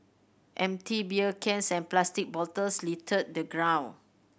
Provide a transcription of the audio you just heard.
empty beer cans and plastic bottles littered the ground